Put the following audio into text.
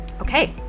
Okay